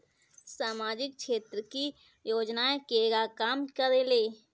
सामाजिक क्षेत्र की योजनाएं केगा काम करेले?